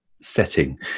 setting